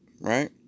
right